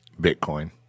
Bitcoin